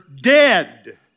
dead